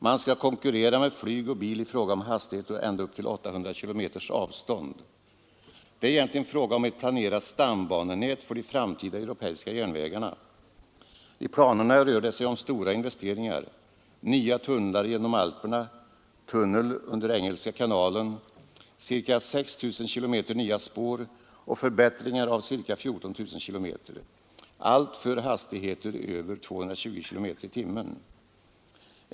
Man skall konkurrera med flyg och bil i fråga om hastighet på ända upp till 800 km avstånd. Det är egentligen fråga om ett planerat stambanenät för de framtida europeiska järnvägarna. I planerna rör det sig om stora investeringar: nya tunnlar genom Alperna, tunnel under Engelska kanalen, ca 6 000 km nya spår och förbättringar av ca 14 000 km spår, allt för hastigheter för över 220 km/tim.